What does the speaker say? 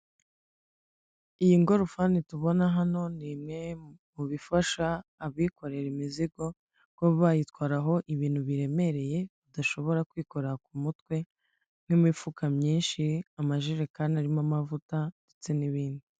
Iyi ngorofani tubona hano, ni imwe mu bifasha abikorera imizigo kuba bayitwaraho ibintu biremereye, badashobora kwikora ku mutwe. nk'imifuka myinshi, amajerekani arimo amavuta, ndetse n'ibindi.